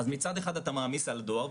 אז מצד אחד אתה מעמיס על הדואר,